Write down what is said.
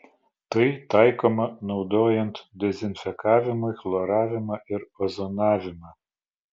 tai taikoma naudojant dezinfekavimui chloravimą ir ozonavimą